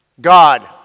God